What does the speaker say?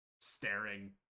staring